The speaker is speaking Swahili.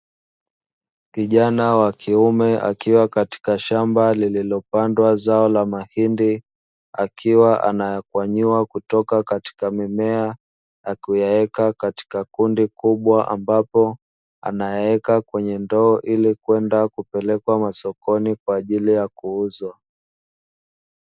Kija a wa kiume akiwa katika shamba lililopandwa zao la mahindi, akiwa anayakwanyua kutoka katika mimea na kuyaweka katika kundi kubwa, ambapo anayaweka kwenye ndoo ili kwenda kupelekwa masokoni kwa ajili ya kuuzwa.